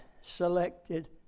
selected